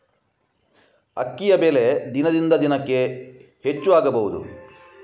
ಅಕ್ಕಿಯ ಬೆಲೆ ದಿನದಿಂದ ದಿನಕೆ ಹೆಚ್ಚು ಆಗಬಹುದು?